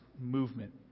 movement